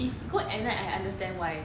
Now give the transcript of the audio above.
if go at night I understand why